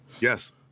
Yes